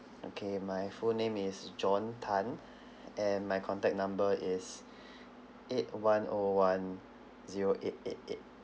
okay my full name is john tan and my contact number is eight one O one zero eight eight eight